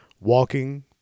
walking